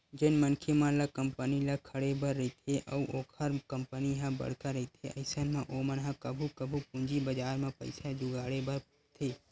जेन मनखे मन ल कंपनी ल खड़े बर रहिथे अउ ओखर कंपनी ह बड़का रहिथे अइसन म ओमन ह कभू कभू पूंजी बजार म पइसा जुगाड़े बर परथे